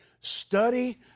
Study